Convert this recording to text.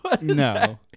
No